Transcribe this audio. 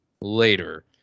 later